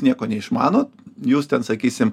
nieko neišmanot jūs ten sakysim